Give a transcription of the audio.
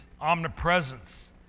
omnipresence